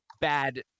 bad